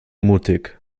mutig